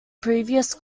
previous